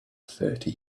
thirty